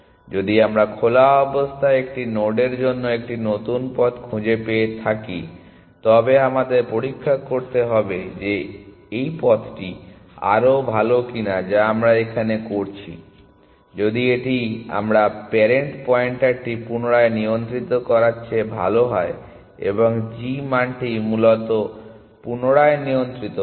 যদি আমরা খোলা অবস্থায় একটি নোডের জন্য একটি নতুন পথ খুঁজে পেয়ে থাকি তবে আমাদের পরীক্ষা করতে হবে যে এই পথটি আরও ভাল কিনা যা আমরা এখানে করছি যদি এটি আমরা প্যারেন্ট পয়েন্টারটি পুনরায় নিয়ন্ত্রিত করার চেয়ে ভাল হয় এবং g মানটি মূলত পুনরায় নিয়ন্ত্রিত করি